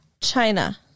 China